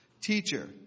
teacher